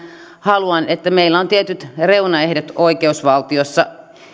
haluan että meillä on tietyt reunaehdot oikeusvaltiossa